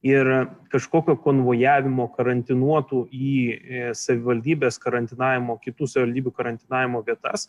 ir kažkokio konvojavimo karantinuotų į savivaldybes karantinavimo kitų savivaldybių karantinavimo vietas